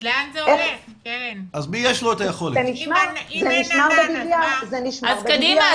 זה נשמר ב- DVR. --- אז קדימה,